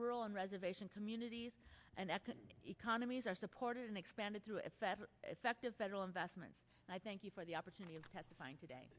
rural and reservation communities and at economies are supported and expanded through a fat effective federal investment and i thank you for the opportunity of testifying today